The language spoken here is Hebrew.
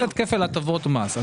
אתה לא רוצה כפל הטבות מס.